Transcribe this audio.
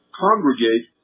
congregate